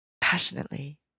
passionately